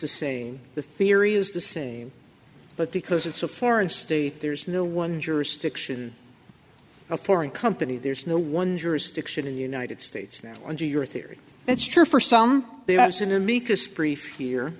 the same the theory is the same but because it's a foreign state there's no one jurisdiction a foreign company there's no one jurisdiction in the united states now under your theory that's true for some